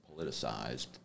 politicized